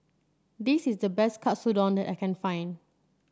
this is the best Katsudon that I can find